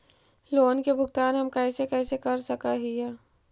Loan के भुगतान हम कैसे कैसे कर सक हिय?